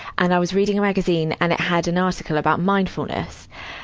and i was reading a magazine, and it had an article about mindfulness.